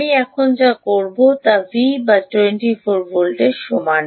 আমি এখন যা করব তা আমার ভী যা 24 ভোল্টের সমান